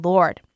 Lord